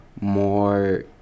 more